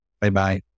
Bye-bye